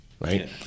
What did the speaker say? right